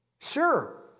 Sure